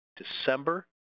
December